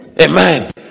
Amen